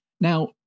Now